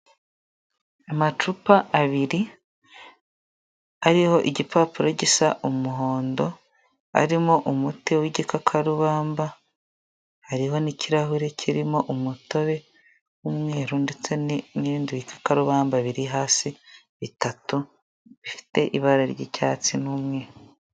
Amacupa abiri ariho igipapuro gisa umuhondo, arimo umuti w'igikakarubamba hariho n'ikirahure kirimo umutobe w'umweru ndetse n'ibindi bikakarubamba biri hasi bitatu bifite ibara ry'icyatsi n'umweru.